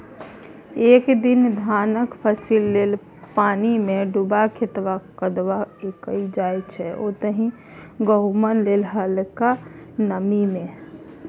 एक दिस धानक फसिल लेल पानिमे डुबा खेतक कदबा कएल जाइ छै ओतहि गहुँमक लेल हलका नमी मे